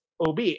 OB